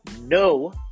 no